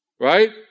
right